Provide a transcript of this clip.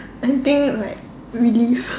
I think like relive